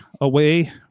away